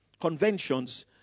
conventions